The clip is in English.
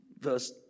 verse